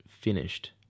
finished